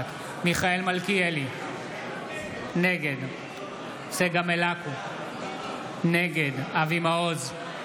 נוכחת מיכאל מלכיאלי, נגד צגה מלקו, נגד אבי מעוז,